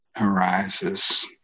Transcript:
arises